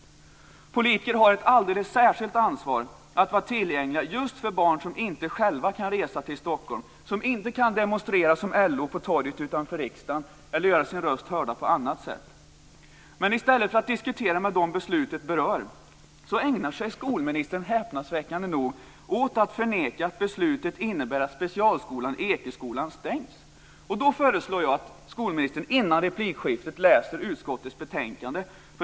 Politiker har ett alldeles särskilt ansvar att vara tillgängliga just för barn som själva inte kan resa till Stockholm, som inte kan demonstrera som LO på torget utanför riksdagen eller göra sin röst hörd på annat sätt. Men i stället för att diskutera med dem beslutet berör ägnar sig skolministern, häpnadsväckande nog, åt att förneka att beslutet innebär att specialskolan Ekeskolan stängs. Då föreslår jag att skolministern innan replikskiftet läser utskottets betänkande.